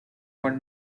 were